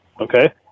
Okay